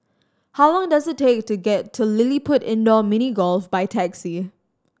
how long does it take to get to LilliPutt Indoor Mini Golf by taxi